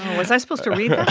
was i supposed to read that?